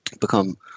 become